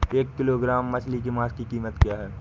एक किलोग्राम मछली के मांस की कीमत क्या है?